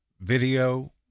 video